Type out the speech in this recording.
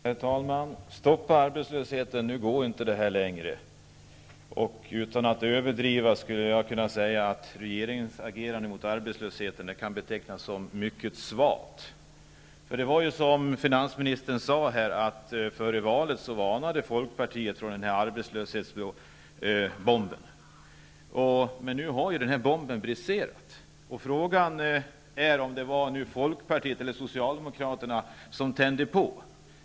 Herr talman! Stoppa arbetslösheten, nu går det här inte längre! Utan att överdriva skulle jag kunna säga att regeringens agerande mot arbetslösheten kan betecknas som mycket svagt. Det var så som finansministern sade, att Folkpartiet före valet varnade för en arbetslöshetsbomb. Nu har den bomben briserat. Frågan är om det var folkpartisterna eller socialdemokraterna som tände på.